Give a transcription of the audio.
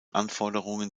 anforderungen